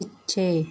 ਪਿੱਛੇ